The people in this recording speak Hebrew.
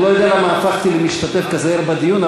אני לא יודע למה הפכתי למשתתף כזה ער בדיון,